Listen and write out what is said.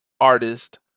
artist